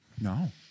No